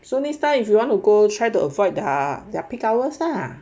so next time if you want to go try to avoid their their peak hours lah